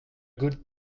good